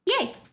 Yay